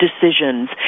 decisions